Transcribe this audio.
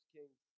Kings